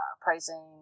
pricing